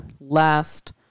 last